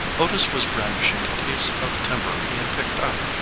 otis was brandishing a piece of timber he had picked up,